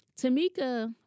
Tamika